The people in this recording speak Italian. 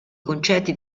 concetti